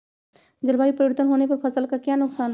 जलवायु परिवर्तन होने पर फसल का क्या नुकसान है?